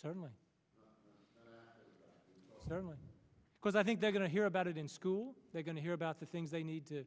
certainly not only because i think they're going to hear about it in school they're going to hear about the things they need to